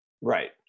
Right